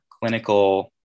clinical